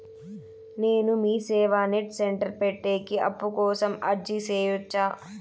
నేను MeeSeva net centre పెట్టేకి అప్పు కోసం అర్జీ సేయొచ్చా?